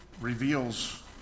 reveals